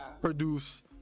produce